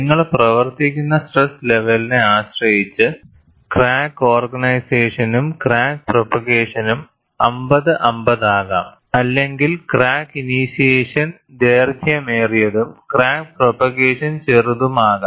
നിങ്ങൾ പ്രവർത്തിക്കുന്ന സ്ട്രെസ് ലെവലിനെ ആശ്രയിച്ച് ക്രാക്ക് ഓർഗനൈസേഷനും ക്രാക്ക് പ്രൊപ്പഗേഷനും 50 50 ആകാം അല്ലെങ്കിൽ ക്രാക്ക് ഇനിഷ്യേഷൻ ദൈർഘ്യമേറിയതും ക്രാക്ക് പ്രൊപ്പഗേഷൻ ചെറുതും ആകാം